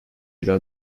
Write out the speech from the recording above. ila